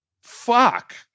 fuck